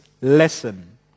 lesson